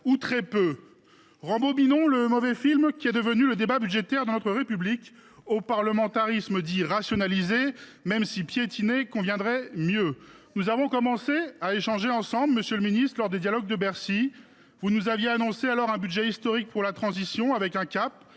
très peu. Rembobinons le mauvais film qu’est devenu le débat budgétaire dans notre République, au parlementarisme dit « rationalisé », même si « piétiné » conviendrait mieux. Nous avons commencé à échanger ensemble, monsieur le ministre, lors des « dialogues de Bercy ». Vous nous aviez alors annoncé un budget historique pour la transition, avec un cap